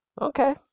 Okay